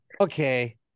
okay